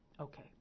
okay